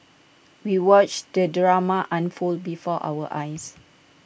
we watched the drama unfold before our eyes